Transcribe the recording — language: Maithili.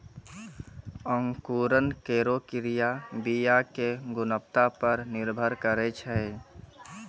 अंकुरन केरो क्रिया बीया क गुणवत्ता पर निर्भर करै छै